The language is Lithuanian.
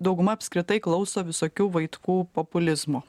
dauguma apskritai klauso visokių vaitkų populizmo